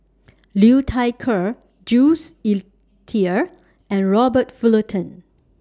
Liu Thai Ker Jules Itier and Robert Fullerton